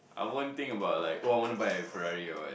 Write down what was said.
I won't think about like oh I wanna buy a Ferrari or what